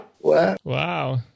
wow